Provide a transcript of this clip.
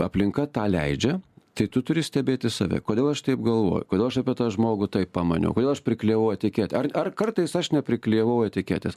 aplinka tą leidžia tai tu turi stebėti save kodėl aš taip galvoju kodėl aš apie tą žmogų taip pamaniau kodėl aš priklijavau etiketę ar ar kartais aš nepriklijavau etiketės